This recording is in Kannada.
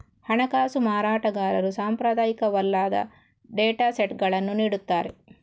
ಹಣಕಾಸು ಮಾರಾಟಗಾರರು ಸಾಂಪ್ರದಾಯಿಕವಲ್ಲದ ಡೇಟಾ ಸೆಟ್ಗಳನ್ನು ನೀಡುತ್ತಾರೆ